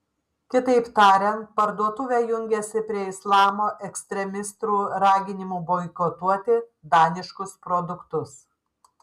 kitaip tariant parduotuvė jungiasi prie islamo ekstremistų raginimų boikotuoti daniškus produktus